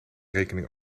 rekening